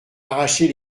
arracher